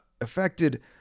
affected